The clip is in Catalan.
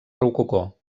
rococó